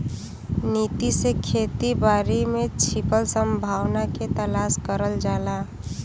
नीति से खेती बारी में छिपल संभावना के तलाश करल जाला